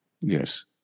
Yes